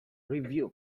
review